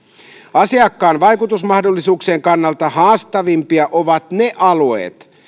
asiakkaan vaikutusmahdollisuuksien kannalta haastavimpia ovat ne alueet